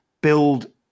build